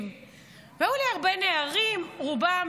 והיו לי הרבה נערים, רובם